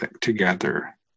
together